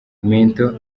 mento